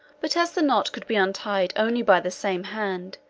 but as the knot could be untied only by the same hand,